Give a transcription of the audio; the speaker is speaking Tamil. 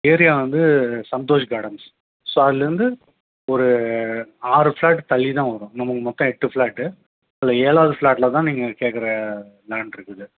ஏரியா வந்து சந்தோஷ் கார்டன்ஸ் ஸோ அதிலேருந்து ஒரு ஆறு ஃப்ளாட்டு தள்ளி தான் வரும் நமக்கு மொத்தம் எட்டு ஃப்ளாட்டு அதில் ஏழாவது ஃப்ளாட்டில் தான் நீங்கள் கேட்கற லேண்ட் இருக்குது